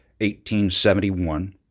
1871